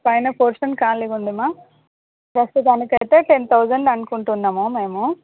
పైన పోర్షన్ ఖాళీగా ఉందిమా ప్రస్తుతానికైతే టెన్ తౌజండ్ అనుకుంటున్నాము మేము